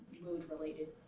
mood-related